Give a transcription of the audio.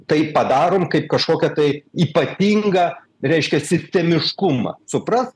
tai padarom kaip kažkokią tai ypatingą reiškia sistemiškumą supras